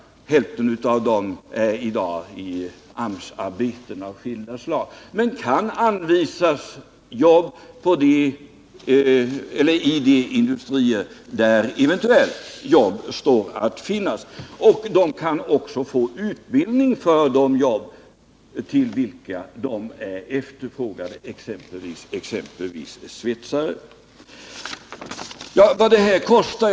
Hälften av dessa är i dag sysselsatta i AMS-arbeten av skilda slag, men kan anvisas jobb i de industrier där jobb eventuellt står att finna. De kan också få utbildning för de yrken till vilka de är efterfrågade, exempelvis svetsare. Herr Hovhammar efterlyste kostnadsuppgifter.